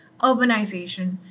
urbanization